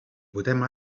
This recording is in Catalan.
votem